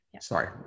Sorry